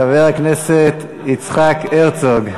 חבר הכנסת יצחק הרצוג.